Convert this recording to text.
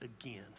again